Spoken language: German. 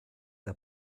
der